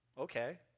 Okay